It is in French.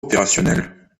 opérationnel